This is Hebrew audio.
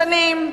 שנים.